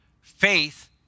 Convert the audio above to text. faith